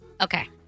Okay